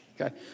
Okay